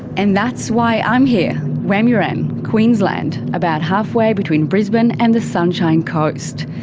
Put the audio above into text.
and that's why i'm here. wamuran. queensland. about halfway between brisbane and the sunshine coast.